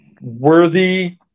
worthy